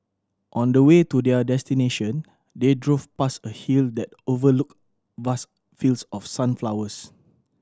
on the way to their destination they drove past a hill that overlooked vast fields of sunflowers